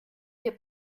wir